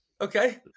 Okay